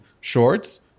shorts